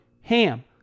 HAM